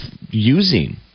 using